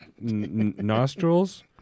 nostrils